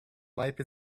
life